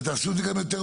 ותעשו את זה יותר מהר,